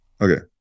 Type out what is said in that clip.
Okay